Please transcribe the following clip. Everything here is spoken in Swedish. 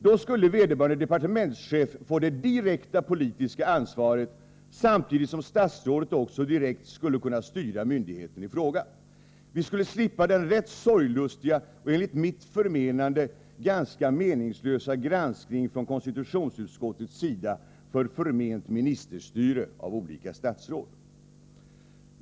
Då skulle vederbörande departementschef få det direkta politiska ansvaret, samtidigt som statsrådet också direkt skulle kunna styra myndigheten i fråga. Vi skulle slippa den rätt sorglustiga och enligt min åsikt ganska meningslösa granskningen från konstitutionsutskottets sida av olika statsråds förmenta ”ministerstyre”.